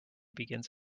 begins